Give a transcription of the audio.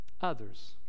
others